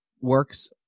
works